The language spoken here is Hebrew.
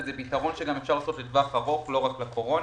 והוא גם פתרון לטווח ארוך לא רק לקורונה.